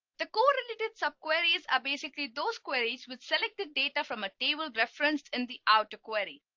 the correlated subqueries are basically those queries with selected data from a table referenced in the outer query.